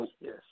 yes